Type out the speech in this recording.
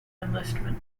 enlistment